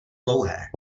dlouhé